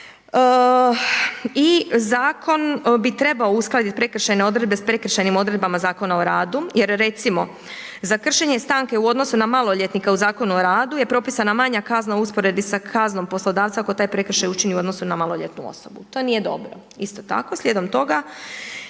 I zakon bi trebao uskladiti prekršajne odredbe s prekršajnim odredbama Zakona o radu jer recimo za kršenje stanke u odnosu na maloljetnika u Zakonu o radu je propisana manja kazna u usporedbi sa kaznom poslodavca ako taj prekršaj učini u odnosu na maloljetnu osobu. To nije dobro. Isto tako slijedom toga